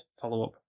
follow-up